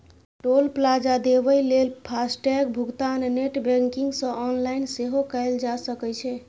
टोल plaza देबय लेल FASTag भुगतान नेट बैंकिंग सं ऑनलाइन सेहो कैल जा सकै छै